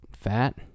fat